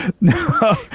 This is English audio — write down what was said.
No